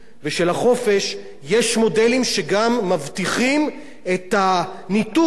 יש מודלים שגם מבטיחים את הניתוק בין זה לבין הדרג הפוליטי.